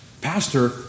Pastor